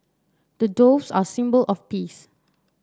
the doves are symbol of peace